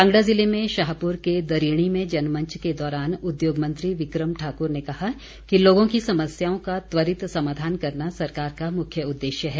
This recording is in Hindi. कांगड़ा जिले में शाहपुर के दरीणी में जनमंच के दौरान उद्योग मंत्री बिक्रम ठाकुर ने कहा कि लोगों की समस्याओं का त्वरित समाधान करना सरकार का मुख्य उद्देश्य है